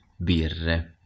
birre